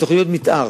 בתוכניות מיתאר,